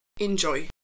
Enjoy